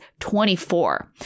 24